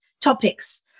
topics